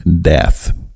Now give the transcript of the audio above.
death